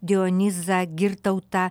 dionizą girtautą